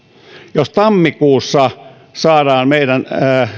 jos tammikuussa saadaan meidän